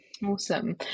awesome